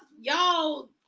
y'all